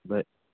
बरं